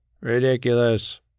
Ridiculous